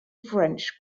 french